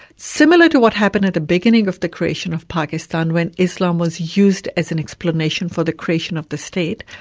similar to what happened at the beginning of the creation of pakistan when islam was used as an explanation for the creation of the state,